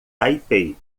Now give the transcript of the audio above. taipei